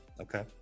Okay